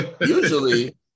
usually